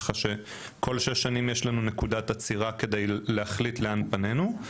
כך שכל שש שנים יש לנו נקודת עצירה כדי להחליט לאן פנינו.